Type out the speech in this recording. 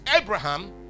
Abraham